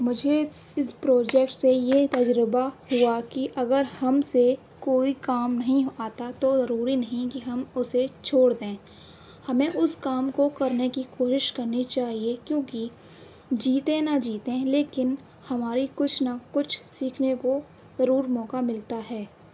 مجھے اِس پروجیکٹ سے یہ تجربہ ہُوا کہ اگر ہم سے کوئی کام نہیں آتا تو ضروری نہیں کہ ہم اُسے چھوڑ دیں ہمیں اُس کام کو کرنے کی کوشش کرنی چاہیے کیونکہ جیتے نہ جیتے لیکن ہماری کچھ نہ کچھ سیکھنے کو ضرور موقع ملتا ہے